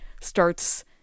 starts